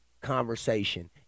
conversation